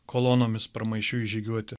kolonomis pramaišiui žygiuoti